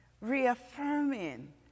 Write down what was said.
reaffirming